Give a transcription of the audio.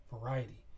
variety